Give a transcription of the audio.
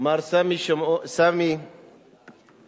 מר סאמי